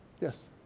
Yes